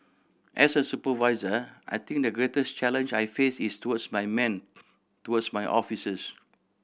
as a supervisor I think the greatest challenge I face is towards my men towards my officers